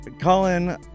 Colin